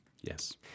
Yes